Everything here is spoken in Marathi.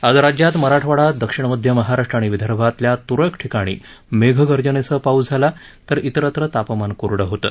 आज राज्यात मराठवाडा दक्षिणमध्य महाराष्ट्र आणि विदर्भातल्या त्रळक ठिकाणी मेघ गर्जनेसह पाऊस आला तर इरतत्र तापमान कोरडं होतं